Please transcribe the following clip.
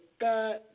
God